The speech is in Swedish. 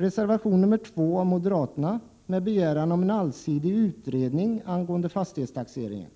Vissa frågor inför all utredning angående fastighetstaxeringen.